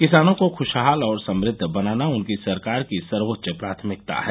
किसानों को ख्शहाल और समृद्व बनाना उनकी सरकार की सर्वोच्च प्राथमिकता है